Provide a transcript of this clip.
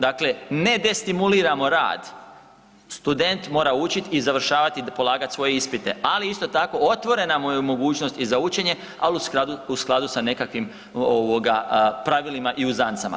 Dakle, ne destimuliramo rad student mora učiti i polagati i svoje ispite, ali isto tako otvorena mu je mogućnost i za učenje, ali u skladu sa nekakvim pravilima i uzancama.